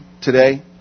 today